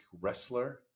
wrestler